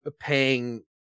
paying